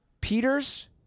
Peters